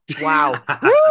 Wow